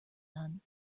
none